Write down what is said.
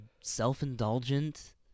self-indulgent